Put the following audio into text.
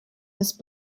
ist